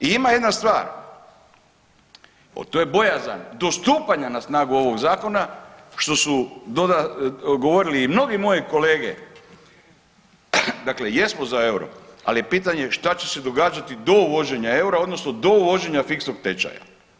I ima jedna stvar, to je bojazan do stupanja na snagu ovog zakona što su govorili i mnogi moji kolege, dakle jesmo za euro, al je pitanje šta će se događati do uvođenja eura odnosno do uvođenja fiksnog tečaja.